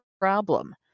problem